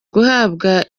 guhabwa